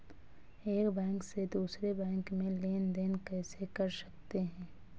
एक बैंक से दूसरे बैंक में लेनदेन कैसे कर सकते हैं?